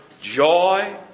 Joy